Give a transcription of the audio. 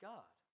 God